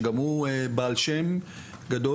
שגם הוא בעל שם גדול,